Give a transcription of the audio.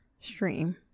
stream